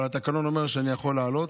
אבל התקנון אומר שאני יכול לעלות.